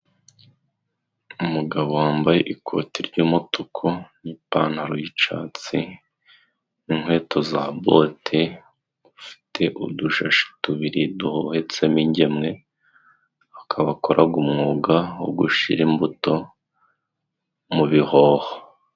Umugabo wambaye ikoti ry"umutuku n'ipantaro y'icatsi n'inkweto za bote, ufite udushashi tubiri duhubetsemo ingemwe, akaba akoraga umwuga wo gushira imbuto mu bihoha.